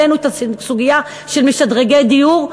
העלינו את הסוגיה של משדרגי דיור,